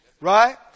Right